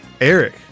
Eric